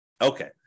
Okay